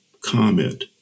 comment